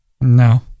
No